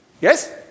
Yes